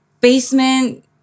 basement